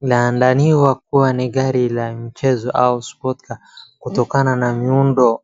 la ndaniwa kuwa ni gari la mchezo au sport car kutokana na miundo.